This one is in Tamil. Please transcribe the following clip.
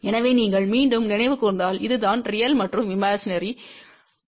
எனவே நீங்கள் மீண்டும் நினைவு கூர்ந்தால் இதுதான் ரியல் மற்றும் இமேஜினரிது